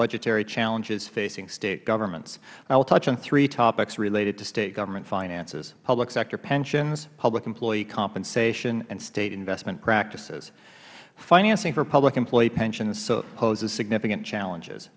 budgetary challenges facing state governments i will touch on three topics related to state government finances public sector pensions public employee compensation and state investment practices financing for public employee pensions poses significant challenges